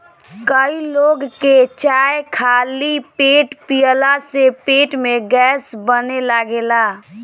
कई लोग के चाय खाली पेटे पियला से पेट में गैस बने लागेला